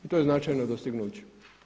To je značajno dostignuće.